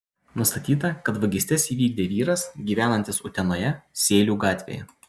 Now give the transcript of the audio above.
nustatyta kad vagystes įvykdė vyras gyvenantis utenoje sėlių gatvėje